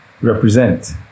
represent